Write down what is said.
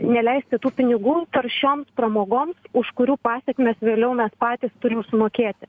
neleisti tų pinigų taršioms pramogoms už kurių pasekmes vėliau mes patys turim sumokėti